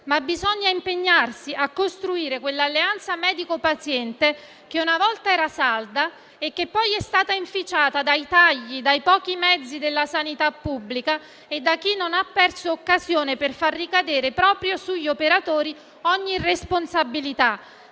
ma bisogna impegnarsi a costruire quella alleanza tra medico e paziente che una volta era salda e che poi è stata inficiata dai tagli, dai pochi mezzi della sanità pubblica e da chi non ha perso occasione per far ricadere proprio sugli operatori ogni responsabilità,